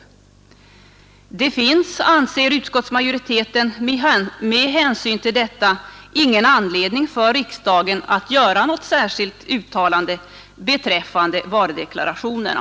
Det finns, anser utskottsmajoriteten, med hänsyn till detta ingen anledning för riksdagen att göra något särskilt uttalande beträffande varudeklarationerna.